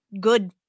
good